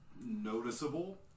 noticeable